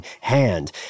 hand